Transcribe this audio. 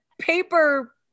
paper